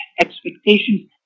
expectations